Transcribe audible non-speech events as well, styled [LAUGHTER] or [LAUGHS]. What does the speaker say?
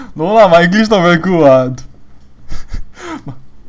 no lah my english not very good [what] [LAUGHS]